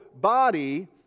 body